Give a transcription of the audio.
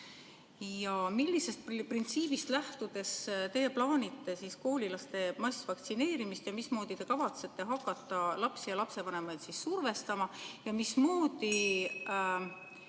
Millisest printsiibist lähtudes te plaanite koolilaste massvaktsineerimist ja mismoodi te kavatsete hakata lapsi ja lapsevanemaid survestama ja mismoodi